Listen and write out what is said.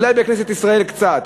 אולי בכנסת ישראל יודעים קצת,